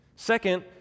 Second